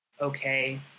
okay